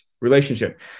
relationship